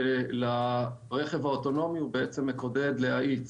ולרכב האוטונומי הוא בעצם מקודד להאיץ.